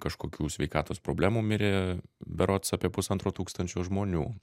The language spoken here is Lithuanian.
kažkokių sveikatos problemų mirė berods apie pusantro tūkstančio žmonių